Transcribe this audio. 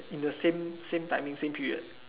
in the same same timing same period